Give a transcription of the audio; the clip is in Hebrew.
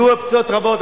היו אופציות רבות,